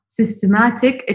systematic